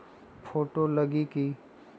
Photo लगी कि?